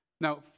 Now